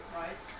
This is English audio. right